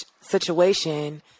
situation